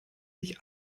sich